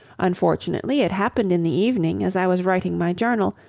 unfortunately it happened in the evening as i was writing my journal,